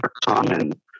common